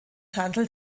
handelt